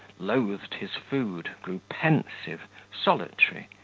loathed his food, grew pensive, solitary,